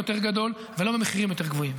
יותר גדול ולא ממחירים יותר גבוהים.